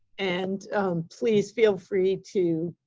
and please, feel free to